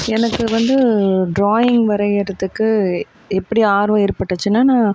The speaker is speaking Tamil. எனக்கு வந்து டிராயிங் வரைகிறதுக்கு எப்படி அர்வம் ஏற்பட்டுச்சின்னால் நான்